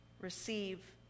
receive